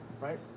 Right